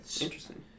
Interesting